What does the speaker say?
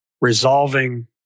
resolving